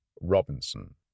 Robinson